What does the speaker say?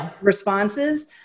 responses